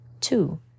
Two